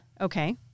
Okay